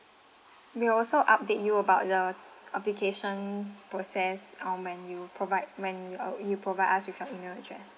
we'll also update you about the application process um when you provide when you uh you provide us with your email address